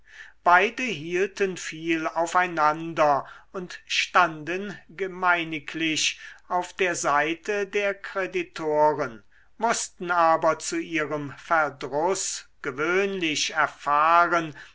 beide hielten viel auf einander und standen gemeiniglich auf der seite der kreditoren mußten aber zu ihrem verdruß gewöhnlich erfahren